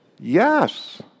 yes